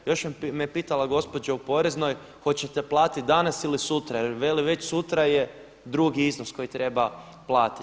Još me pitala gospođa u Poreznoj hoćete platiti danas ili sutra jer veli već sutra je drugi iznos koji treba platiti.